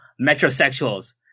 metrosexuals